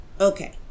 okay